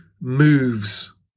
moves